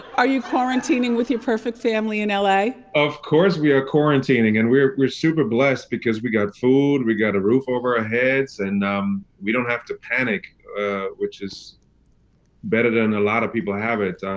are you quarantining with your perfect family in la? of course we are quarantining and we're we're super blessed because we got food, we got a roof over our ah heads and um we don't have to panic which is better than a lot of people have it.